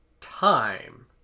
time